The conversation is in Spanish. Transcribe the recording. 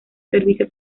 servicio